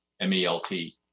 M-E-L-T